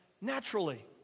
naturally